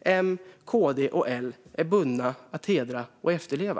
M, KD och L, är förbundna att hedra och efterleva?